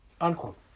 Unquote